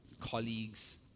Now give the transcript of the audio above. colleagues